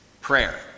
Prayer